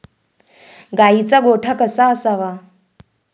गाईचा गोठा कसा असावा?